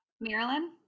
Marilyn